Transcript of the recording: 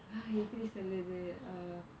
!huh! எப்படி சொல்றது:eppadi solrathu um